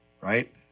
Right